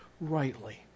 rightly